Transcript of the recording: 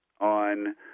on